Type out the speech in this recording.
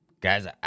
Guys